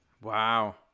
wow